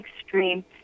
extreme